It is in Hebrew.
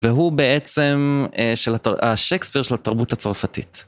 והוא בעצם השקספיר של התרבות הצרפתית.